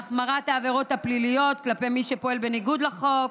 בהחמרת העבירות הפליליות כלפי מי שפועל בניגוד לחוק